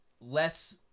less